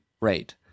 rate